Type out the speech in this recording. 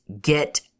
get